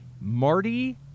marty